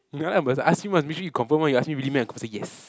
ya I must ask him one make sure he confirm one he ask me really one meh cos I say yes